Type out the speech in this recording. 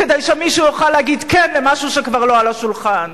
כדי שמישהו יוכל להגיד כן למשהו שכבר לא על השולחן.